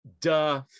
duh